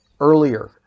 earlier